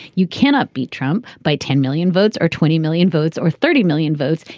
you cannot beat trump by ten million votes or twenty million votes or thirty million votes.